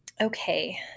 Okay